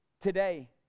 today